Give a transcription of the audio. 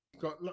Got